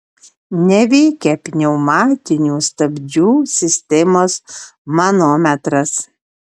neveikia pneumatinių stabdžių sistemos manometras